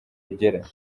rugera